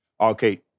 Okay